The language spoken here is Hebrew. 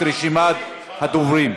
הסברתי את זה באריכות ביום שני,